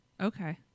okay